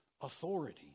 authority